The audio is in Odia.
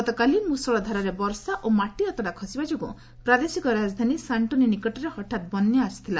ଗତକାଲି ମୁଷଳ ଧାରାରେ ବର୍ଷା ଓ ମାଟି ଅତଡ଼ା ଖସିବା ଯୋଗୁଁ ପ୍ରାଦେଶିକ ରାଜଧାନୀ ସେଣ୍ଟାନି ନିକଟରେ ହଠାତ୍ ବନ୍ୟା ଆସିଥିଲା